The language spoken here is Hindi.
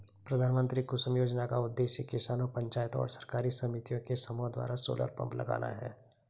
प्रधानमंत्री कुसुम योजना का उद्देश्य किसानों पंचायतों और सरकारी समितियों के समूह द्वारा सोलर पंप लगाना है